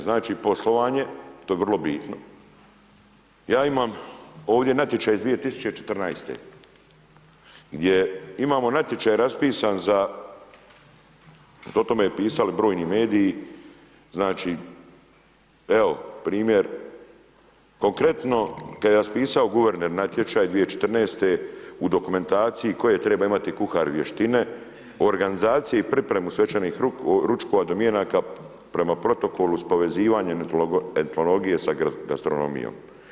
Znači, poslovanje, to je vrlo bitno, ja imam ovdje natječaj iz 2014. gdje imamo natječaj raspisan za, o tome pisali brojni mediji, znači, evo, primjer konkretno, kad je raspisao guverner natječaj 2014. u dokumentaciji koje treba imati kuhar vještine, u organizaciji i pripremu svečanih ručkova, domjenaka prema protokolu s povezivanjem etnologije sa gastronomijom.